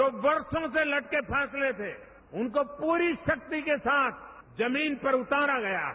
जो वर्षों से लटके फैसले थे उनको पूरी शक्ति के साथ जमीन पर उतारा गया है